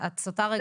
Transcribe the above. את רוצה רגע.